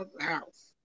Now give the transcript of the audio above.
house